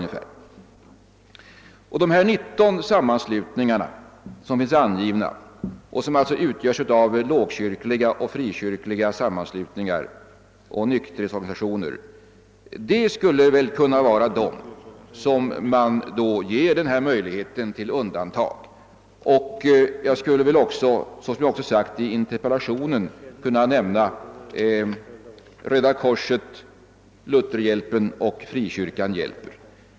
Dessa 19 namngivna sammanslutningar — lågoch frikyrkliga organisationer samt nykterhetsorganisationer — skulle väl kunna vara de sammanslutningar som man gör undantag för. Jag skulle här också kunna nämna samma organisationer som jag har nämnt i min interpellation, nämligen Svenska röda korset, Lutherhjälpen och Frikyrkan hjälper.